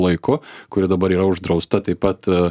laiku kuri dabar yra uždrausta taip pat